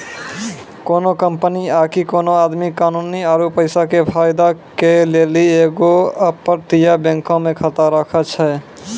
कोनो कंपनी आकि कोनो आदमी कानूनी आरु पैसा के फायदा के लेली एगो अपतटीय बैंको मे खाता राखै छै